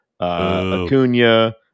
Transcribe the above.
Acuna